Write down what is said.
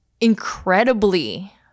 incredibly